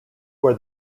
where